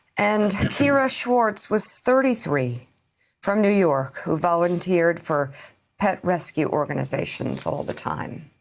and kira schwarz was thirty three from new york who volunteered for pet rescue organizations all the time.